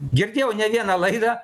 girdėjau ne vieną laidą